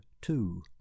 two